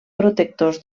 protectors